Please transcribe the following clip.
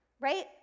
right